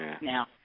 Now